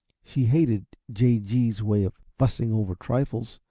she hated j. g s way of fussing over trifles,